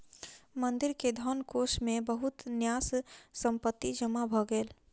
मंदिर के धनकोष मे बहुत न्यास संपत्ति जमा भ गेल